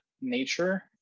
nature